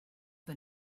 the